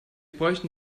bräuchten